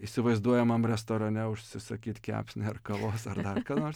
įsivaizduojamam restorane užsisakyt kepsnį ar kavos ar dar ką nors